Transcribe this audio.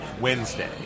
Wednesday